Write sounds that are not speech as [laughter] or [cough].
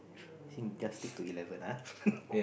think just stick to eleven [huh] [laughs]